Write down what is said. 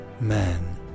man